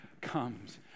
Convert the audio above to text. comes